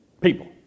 People